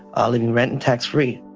ah living rent and tax free.